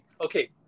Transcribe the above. Okay